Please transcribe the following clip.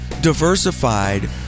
diversified